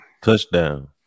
Touchdown